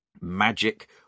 magic